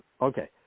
okay